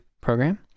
program